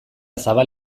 zabal